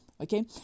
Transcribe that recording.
Okay